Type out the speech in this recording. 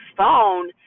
phone